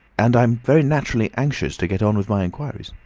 and i'm very naturally anxious to get on with my inquiries.